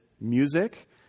music